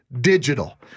digital